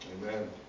Amen